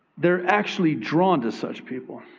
they're actually drawn to such people,